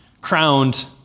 crowned